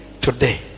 today